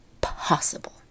possible